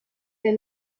der